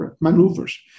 maneuvers